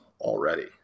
already